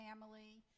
family